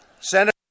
Senator